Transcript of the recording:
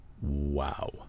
wow